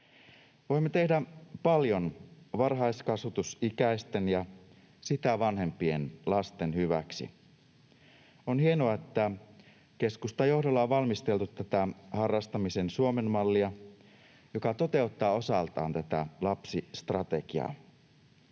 Voimme tehdä paljon varhaiskasvatusikäisten ja sitä vanhempien lasten hyväksi. On hienoa, että keskustan johdolla on valmisteltu tätä harrastamisen Suomen-mallia, joka toteuttaa osaltaan tätä lapsistrategiaa.